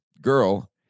girl